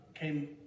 came